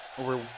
over